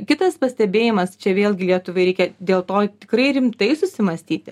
kitas pastebėjimas čia vėlgi lietuvai reikia dėl to tikrai rimtai susimąstyti